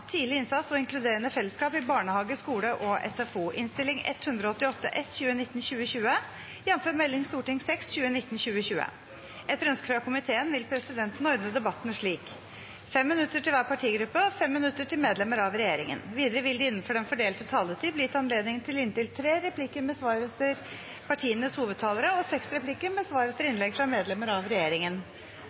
vil presidenten ordne debatten slik: 5 minutter til hver partigruppe og 5 minutter til medlemmer av regjeringen. Videre vil det – innenfor den fordelte taletid – bli gitt anledning til inntil tre replikker med svar etter innlegg fra partienes hovedtalere og seks replikker med svar etter innlegg fra medlemmer av regjeringen,